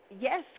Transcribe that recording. Yes